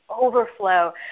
overflow